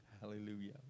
Hallelujah